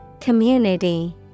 Community